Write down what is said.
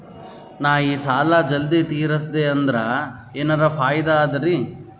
ನಾ ಈ ಸಾಲಾ ಜಲ್ದಿ ತಿರಸ್ದೆ ಅಂದ್ರ ಎನರ ಫಾಯಿದಾ ಅದರಿ?